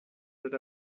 that